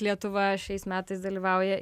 lietuva šiais metais dalyvauja